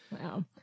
Wow